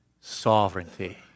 sovereignty